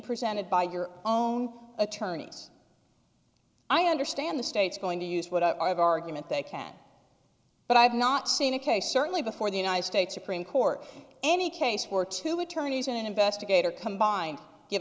presented by your own attorneys i understand the state's going to use what i have argument they can but i've not seen a case certainly before the united states supreme court any case where two attorneys in an investigator combined give